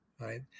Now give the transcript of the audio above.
right